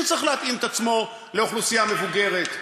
שצריך להתאים את עצמו לאוכלוסייה מבוגרת.